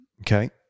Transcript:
Okay